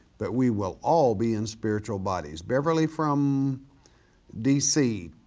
but we will all be in spiritual bodies. beverly from dc,